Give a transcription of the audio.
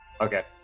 Okay